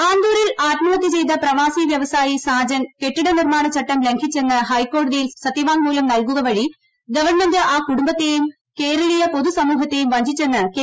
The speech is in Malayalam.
മുല്ലപ്പള്ളി ആന്തൂരിൽ ആത്മഹത്യ ചെയ്ത പ്രവാസി വ്യവസായി സാജൻ കെട്ടിടനിർമ്മാണം ചട്ടം ലംഘിച്ചെന്ന് ഹൈക്കോടതിയിൽ സത്യവാങ്മൂലം നൽകുക വഴി ഗവൺമെന്റ് ആ കുടുംബത്തെയും കേരളീയ പൊതുസമൂഹത്തേയും വഞ്ചിച്ചെന്ന് കെ